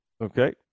Okay